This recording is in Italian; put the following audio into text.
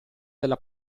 della